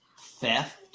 theft